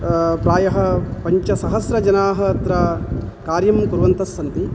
प्रायः पञ्चसहस्रजनाः अत्र कार्यं कुर्वन्तः सन्ति